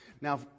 Now